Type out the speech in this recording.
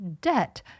debt